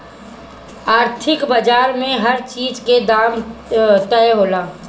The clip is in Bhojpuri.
आर्थिक बाजार में हर चीज के दाम तय होला